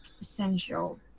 essential